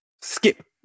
skip